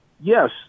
yes